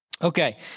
Okay